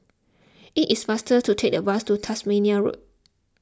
it is faster to take the bus to Tasmania Road